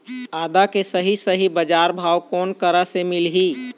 आदा के सही सही बजार भाव कोन करा से मिलही?